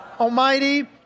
Almighty